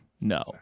no